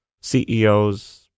CEOs